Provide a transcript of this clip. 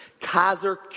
Kaiser